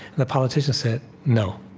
and the politicians said, no.